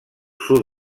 sud